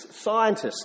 scientists